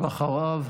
ואחריו,